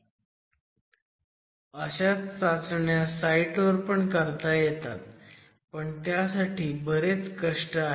अशाच चाचण्या साईट वर पण करता येतात पण त्यासाठी बरेच कष्ट आहेत